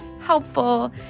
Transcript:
helpful